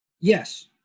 Yes